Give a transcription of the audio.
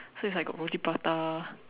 so it's like got roti prata